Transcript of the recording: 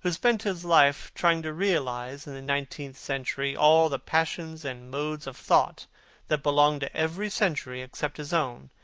who spent his life trying to realize in the nineteenth century all the passions and modes of thought that belonged to every century except his own,